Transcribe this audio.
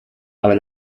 aber